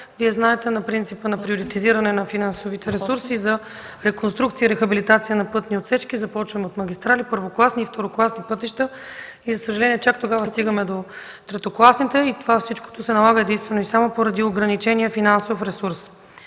Вие знаете принципа на приоритизиране на финансовите ресурси за реконструкция и рехабилитация на пътни отсечки – започваме от магистрали, първокласни второкласни пътища и за съжаление чак тогава стигаме до третокласните. Това всичкото се налага единствено и само поради ограничения финансов ресурс.